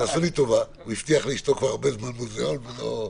יצא שיש מוזיאון אחד בדרום,